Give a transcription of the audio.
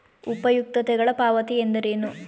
ಉಪಯುಕ್ತತೆಗಳ ಪಾವತಿ ಎಂದರೇನು?